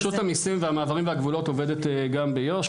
רשות המסים והמעברים והגבולות עובדת גם ביו"ש,